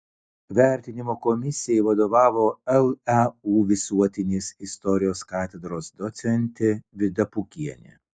vertinimo komisijai vadovavo leu visuotinės istorijos katedros docentė vida pukienė